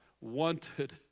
wanted